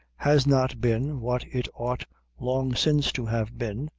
has not been, what it ought long since to have been,